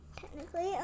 Technically